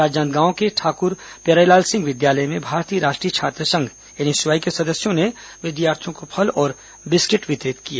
राजनांदगांव के ठाकुर प्यारेलाल सिंह विद्यालय में भारतीय राष्ट्रीय छात्र संघ एनएसयूआई के सदस्यों ने विद्यार्थियों को फल और बिस्किट वितरित किए